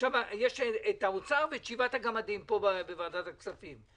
עכשיו יש את האוצר ואת שבעת הגמדים פה בוועדת הכספים.